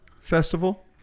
Festival